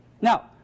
Now